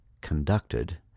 conducted